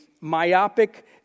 myopic